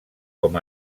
com